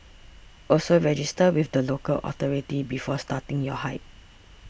also register with the local authority before starting your hike